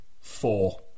four